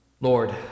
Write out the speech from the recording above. Lord